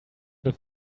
have